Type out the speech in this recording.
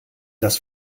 das